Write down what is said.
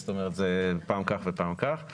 זאת אומרת זה פעם כך ופעם כך,